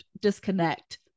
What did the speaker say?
disconnect